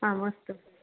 आम् अस्तु